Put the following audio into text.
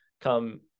come